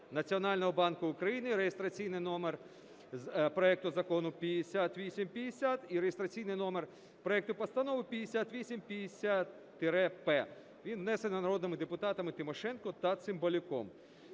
Національного банку України" (реєстраційний номер проекту закону 5850 і реєстраційний номер проекту постанови 5850-П), він внесений народними депутатами Тимошенко та Цимбалюком.